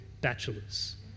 bachelors